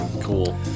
Cool